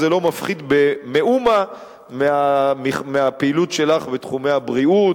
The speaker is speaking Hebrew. וזה לא מפחית במאומה מהפעילות שלך בתחומי הבריאות,